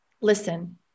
listen